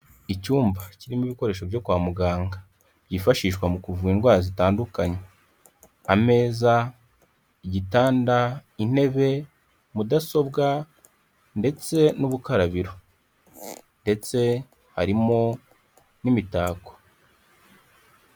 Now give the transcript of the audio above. Icyumba kirimo ibikoresho byo kwa muganga byifashishwa mu kuvura indwara zitandukanye, ameza, igitanda, intebe, mudasobwa ndetse n'ubukarabiro ndetse harimo n'imitako.